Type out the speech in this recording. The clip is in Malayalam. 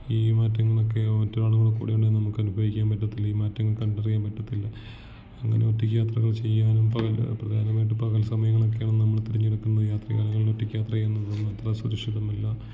ഈ മാറ്റങ്ങളൊക്കെ മറ്റൊരാൾ നമ്മുടെ കൂടെ ഉണ്ടെങ്കിൽ നമുക്ക് അനുഭവിക്കാൻ പറ്റത്തില്ല ഈ മാറ്റങ്ങൾ കണ്ടറിയാൻ പറ്റത്തില്ല അങ്ങനെ ഒറ്റയ്ക്ക് യാത്രകൾ ചെയ്യാനും പകൽ പ്രതാനമായിട്ട് പകൽ സമയങ്ങളൊക്കെയാണ് നമ്മള് തിരഞ്ഞെടുക്കുന്നത് രാത്രികാലങ്ങളിൽ ഒറ്റയ്ക്ക് യാത്ര ചെയ്യുന്നതൊന്നും അത്ര സുരക്ഷിതമല്ല